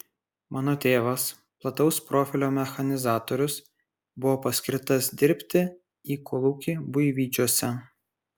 mano tėvas plataus profilio mechanizatorius buvo paskirtas dirbti į kolūkį buivydžiuose